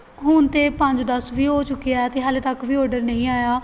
ਹੁਣ ਤਾਂ ਪੰਜ ਦਸ ਵੀ ਹੋ ਚੁੱਕੇ ਹੈ ਅਤੇ ਹਜੇ ਤੱਕ ਵੀ ਔਡਰ ਨਹੀਂ ਆਇਆ